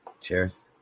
Cheers